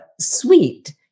sweet